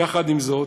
יחד עם זאת,